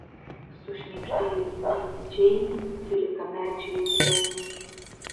sušnibždėjo indėnė džeinė dvylikamečiui į ausį